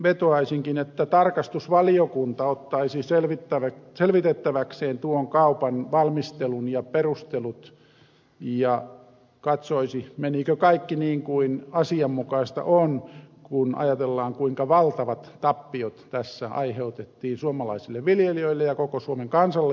vetoaisinkin että tarkastusvaliokunta ottaisi selvitettäväkseen tuon kaupan valmistelun ja perustelut ja katsoisi menikö kaikki niin kuin asianmukaista on kun ajatellaan kuinka valtavat tappiot tässä aiheutettiin suomalaisille viljelijöille ja koko suomen kansalle ja veronmaksajille